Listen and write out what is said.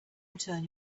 return